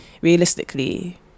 realistically